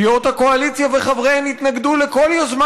סיעות הקואליציה וחבריהן יתנגדו לכל יוזמה